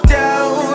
down